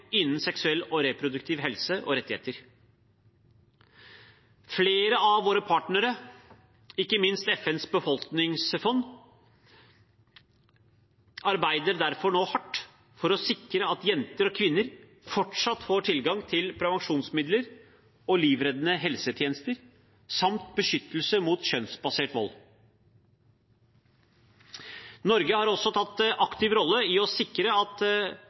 innen seksuell og reproduktiv helse og rettigheter. Flere av våre partnere, ikke minst FNs befolkningsfond, arbeider derfor nå hardt for å sikre at jenter og kvinner fortsatt får tilgang til prevensjonsmidler og livreddende helsetjenester samt beskyttelse mot kjønnsbasert vold. Norge har også tatt en aktiv rolle i å sikre at all vår covid-19-respons har et kjønnsperspektiv, og at